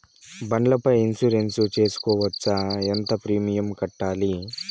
బండ్ల పై ఇన్సూరెన్సు సేసుకోవచ్చా? ఎంత ప్రీమియం కట్టాలి?